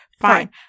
fine